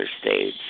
states